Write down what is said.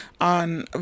on